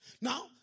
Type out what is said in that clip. Now